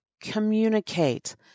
communicate